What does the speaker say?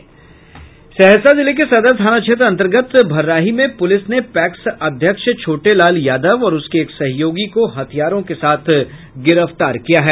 सहरसा जिले के सदर थाना क्षेत्र अंतर्गत भर्राही में पुलिस ने पैक्स अध्यक्ष छोटे लाल यादव और उसके एक सहयोगी को हथियारों के साथ गिरफ्तार किया है